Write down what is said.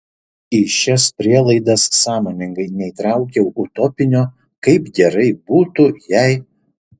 į šias prielaidas sąmoningai neįtraukiau utopinio kaip gerai būtų jei